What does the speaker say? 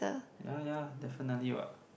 ya ya definitely what